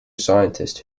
scientist